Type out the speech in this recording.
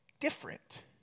different